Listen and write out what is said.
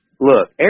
look